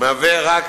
מהווה רק